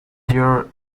your